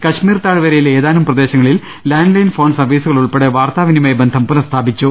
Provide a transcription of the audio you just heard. കശ്മീർ താഴ്വരയിലെ ഏതാനും പ്രദേശങ്ങളിൽ ലാൻഡ്ലൈൻ ഫോൺ സർവ്വീസുകൾ ഉൾപ്പെടെ വാർത്താ വിനിമയ ബന്ധം പുനഃസ്ഥാപിച്ചു